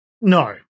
No